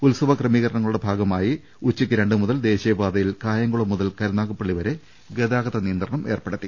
ഉത്സവ ക്രമീകരണങ്ങളുടെ ഭാഗമായി ഉച്ചക്ക് രണ്ട് മുതൽ ദേശീയ പാതയിൽ കായംകുളം മുതൽ കരുനാഗപ്പള്ളി വരെ ഗതാഗത നിയന്ത്രണം ഏർപ്പെടുത്തി